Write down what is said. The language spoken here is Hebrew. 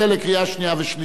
יש לוח זמנים לשנייה ושלישית?